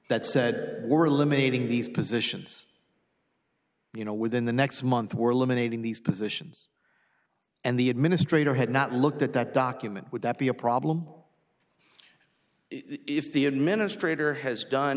that said we're limited in these positions you know within the next month we're limited in these positions and the administrator had not looked at that document would that be a problem if the administrator has done